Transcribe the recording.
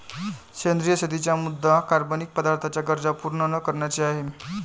सेंद्रिय शेतीचा मुद्या कार्बनिक पदार्थांच्या गरजा पूर्ण न करण्याचा आहे